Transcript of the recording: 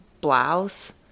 blouse